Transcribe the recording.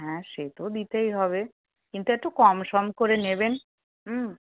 হ্যাঁ সে তো দিতেই হবে কিন্তু একটু কম সম করে নেবেন হুম